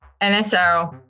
NSO